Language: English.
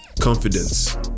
confidence